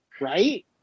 right